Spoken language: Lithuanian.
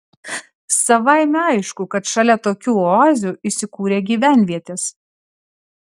savaime aišku kad šalia tokių oazių įsikūrė gyvenvietės